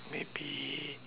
maybe